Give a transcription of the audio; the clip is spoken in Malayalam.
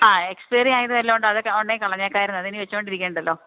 ആ എക്സ്പയറി ആയത് വല്ലതുമുണ്ടോ അതുണ്ടെങ്കില് കളഞ്ഞേക്കാമായിരുന്നു അതിനി വെച്ചുകൊണ്ടിരിക്കേണ്ടല്ലോ